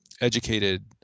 educated